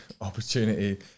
opportunity